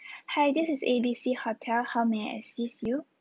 hi this is A B C hotel how may I assist you